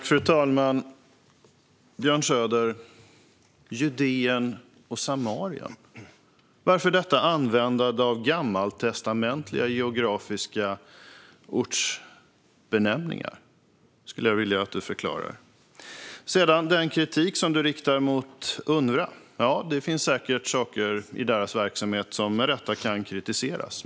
Fru talman! Judeen och Samarien - varför detta användande av gammaltestamentliga geografiska ortsbenämningar? Det skulle jag vilja att du förklarade. Du riktade kritik mot Unrwa. Ja, det finns säkert saker i deras verksamhet som med rätta kan kritiseras.